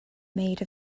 made